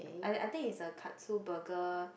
I I think it's a Katsu burger